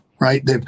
right